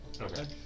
Okay